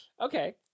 Okay